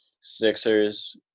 Sixers